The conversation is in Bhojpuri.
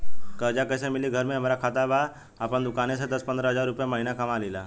कर्जा कैसे मिली घर में हमरे पास खाता बा आपन दुकानसे दस पंद्रह हज़ार रुपया महीना कमा लीला?